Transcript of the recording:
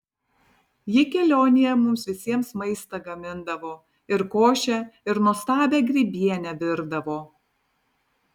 ji kelionėje mums visiems maistą gamindavo ir košę ir nuostabią grybienę virdavo